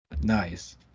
Nice